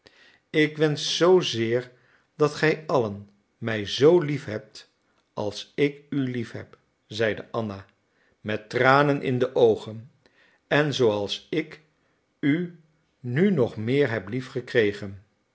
ik wensch zoozeer dat gij allen mij zoo lief hebt als ik u lief heb zeide anna met tranen in de oogen en zooals ik u nu nog meer heb lief gekregen